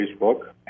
Facebook